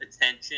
attention